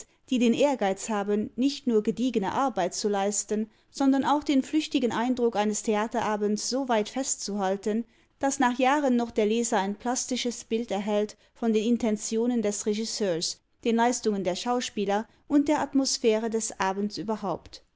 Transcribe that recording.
die den ehrgeiz haben nicht nur gediegene arbeit zu leisten sondern auch den flüchtigen eindruck eines theaterabends soweit festzuhalten daß nach jahren noch der leser ein plastisches bild erhält von den intentionen des regisseurs den leistungen der schauspieler und der atmosphäre des abends überhaupt